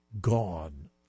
gone